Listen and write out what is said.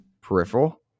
peripheral